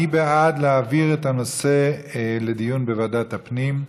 מי בעד להעביר את הנושא לדיון בוועדת הפנים?